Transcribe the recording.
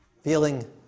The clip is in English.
feeling